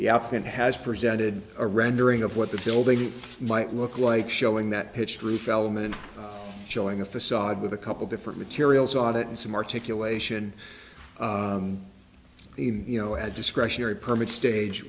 applicant has presented a rendering of what the building might look like showing that pitched roof elements showing a facade with a couple different materials on it and some articulation even you know a discretionary permit stage